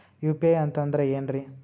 UPI ಅಂತಂದ್ರೆ ಏನ್ರೀ?